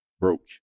broke